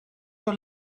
sur